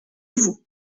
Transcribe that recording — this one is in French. vous